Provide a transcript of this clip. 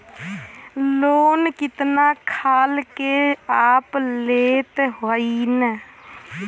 Loan कितना खाल के आप लेत हईन?